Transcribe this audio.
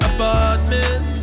Apartment